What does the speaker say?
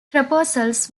proposals